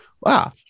Wow